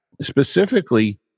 Specifically